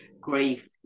grief